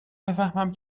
بفهمم